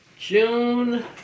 June